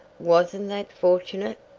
wasn't that fortunate?